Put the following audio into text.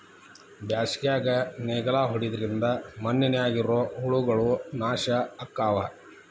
ಬ್ಯಾಸಿಗ್ಯಾಗ ನೇಗ್ಲಾ ಹೊಡಿದ್ರಿಂದ ಮಣ್ಣಿನ್ಯಾಗ ಇರು ಹುಳಗಳು ನಾಶ ಅಕ್ಕಾವ್